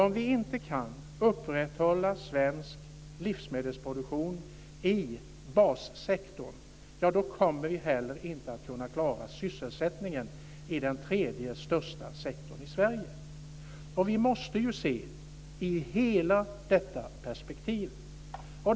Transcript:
Om vi inte kan upprätthålla svensk livsmedelsproduktion i bassektorn då kommer vi heller inte att klara sysselsättningen i den tredje största sektorn i Sverige. Vi måste se det i hela detta perspektiv.